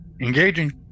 Engaging